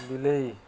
ବିଲେଇ